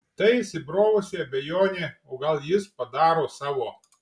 ta įsibrovusi abejonė o gal jis padaro savo